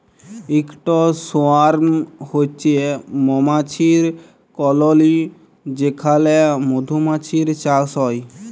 ইকট সোয়ার্ম হছে মমাছির কললি যেখালে মধুমাছির চাষ হ্যয়